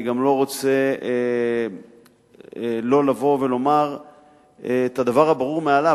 אני גם לא רוצה לבוא ולומר את הדבר הברור מאליו: